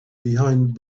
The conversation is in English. behind